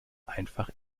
einfach